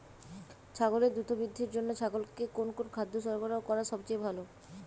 ছাগলের দ্রুত বৃদ্ধির জন্য ছাগলকে কোন কোন খাদ্য সরবরাহ করা সবচেয়ে ভালো?